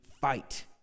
fight